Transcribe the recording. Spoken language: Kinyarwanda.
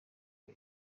nka